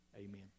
Amen